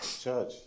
Judge